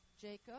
Jacob